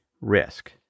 risk